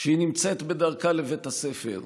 כשהיא נמצאת בדרכה לבית הספר,